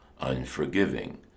unforgiving